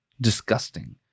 disgusting